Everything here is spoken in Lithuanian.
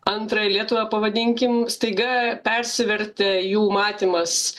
antrąją lietuvą pavadinkim staiga persivertė jų matymas